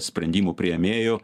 sprendimų priėmėjų